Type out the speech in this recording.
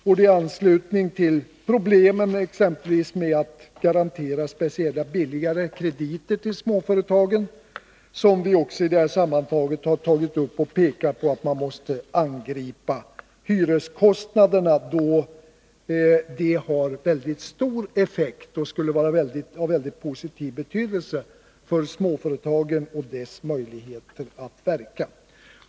Och det är i anslutning till problemen med att exempelvis garantera speciella billigare krediter till småföretagen som vi också i det här sammanhanget har tagit upp och pekat på att man måste angripa hyreskostnaderna, då de har väldigt stor effekt och en sänkning av dem skulle ha mycket positiv betydelse för småföretagen och deras möjligheter att verka.